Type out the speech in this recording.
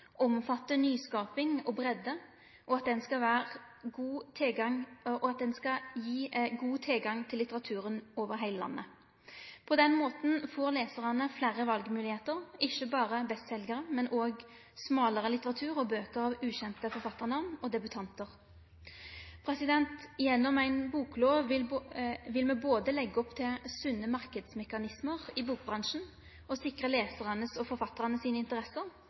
nyskaping og breidd, og at det skal gi god tilgang til litteraturen over heile landet. På den måten får lesarane fleire valmoglegheiter, ikkje berre bestseljarar, men òg smalare litteratur og bøker av ukjende forfattarnamn og debutantar. Gjennom ei boklov vil me både leggje opp til sunne marknadsmekanismar i bokbransjen og sikre lesaranes og forfattaranes interesser,